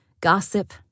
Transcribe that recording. gossip